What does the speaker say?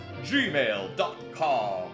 gmail.com